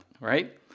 right